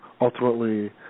ultimately